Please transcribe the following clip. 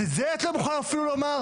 אז את זה את לא מוכנה אפילו לומר?